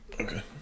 Okay